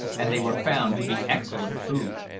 and they were found to be excellent food.